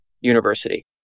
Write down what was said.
University